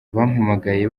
bampamagaye